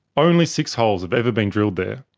only six holes have ever been drilled there.